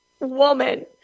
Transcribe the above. woman